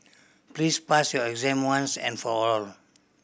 please pass your exam once and for all